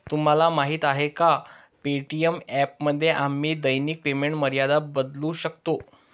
तुम्हाला माहीत आहे का पे.टी.एम ॲपमध्ये आम्ही दैनिक पेमेंट मर्यादा बदलू शकतो?